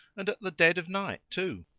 and at the dead of night, too!